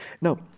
Now